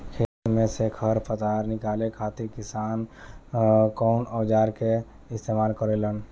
खेत में से खर पतवार निकाले खातिर किसान कउना औजार क इस्तेमाल करे न?